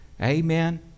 Amen